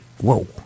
whoa